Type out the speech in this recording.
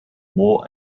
more